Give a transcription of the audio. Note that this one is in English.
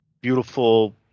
beautiful